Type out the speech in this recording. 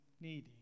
needy